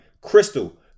crystal